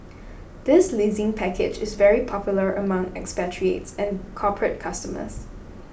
this leasing package is very popular among expatriates and corporate customers